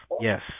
yes